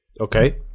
Okay